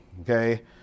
okay